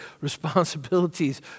responsibilities